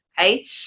Okay